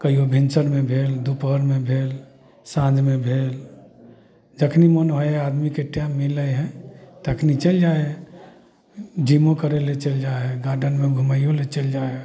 कहिओ भिनसरमे भेल दुपहरमे भेल साँझमे भेल जखन मोन होइ हइ आदमीके टाइम मिलै हइ तखन चलि जाइ हइ जिमो करैले चलि जाइ हइ गार्डेनमे घुमैओ ले चलि जाइ हइ